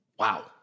Wow